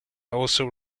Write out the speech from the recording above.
also